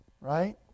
right